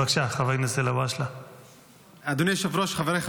בבקשה, חבר הכנסת אלהואשלה.